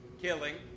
killing